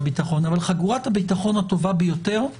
ביטחון אבל חגורת הביטחון הטובה ביותר היא